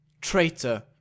Traitor